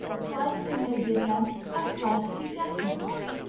thrice she made the attempt and thrice she checked herself,